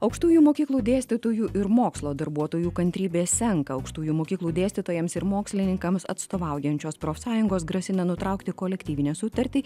aukštųjų mokyklų dėstytojų ir mokslo darbuotojų kantrybė senka aukštųjų mokyklų dėstytojams ir mokslininkams atstovaujančios profsąjungos grasina nutraukti kolektyvinę sutartį